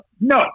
No